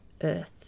Earth